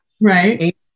Right